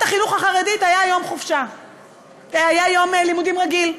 החינוך החרדית היה יום לימודים רגיל,